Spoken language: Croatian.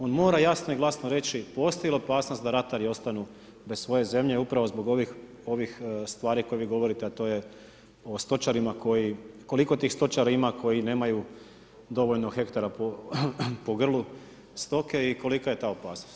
On mora jasno i glasno reći postoje li opasnost da ratari ostanu bez svoje zemlje, upravo zbog ovih stvari koje vi govorite, a to je o stočarima, koji, koliko tih stočara ima koji nemaju dovoljno hektara po grlu stoke i kolika je ta opasnost.